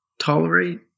tolerate